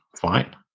fine